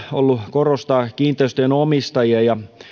ollut korostaa kiinteistöjen omistajien ja